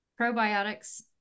Probiotics